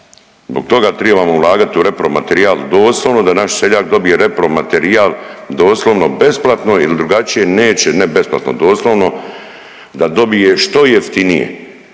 zbog toga tribamo ulagati u repromaterijal doslovno da naš seljak dobije repromaterijal doslovno besplatno jer drugačije neće, ne besplatno doslovno, da dobije što jeftinije